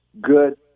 good